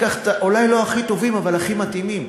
אולי לא הכי טובים, אבל הכי מתאימים.